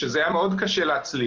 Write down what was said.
שזה היה מאוד קשה להצליח,